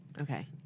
Okay